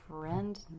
friend